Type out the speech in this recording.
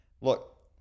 Look